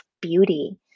beauty